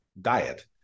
diet